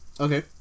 Okay